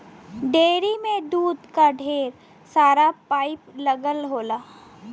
dairy में दूध क ढेर सारा पाइप लगल होला